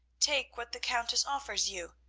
take what the countess offers you.